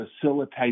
facilitate